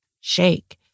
shake